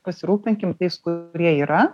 pasirūpinkim tais kurie yra